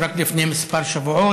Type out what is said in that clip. רק לפני כמה שבועות,